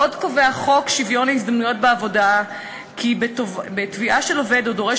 עוד קובע חוק שוויון ההזדמנויות בעבודה כי בתביעה של עובד או דורש